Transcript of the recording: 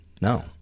no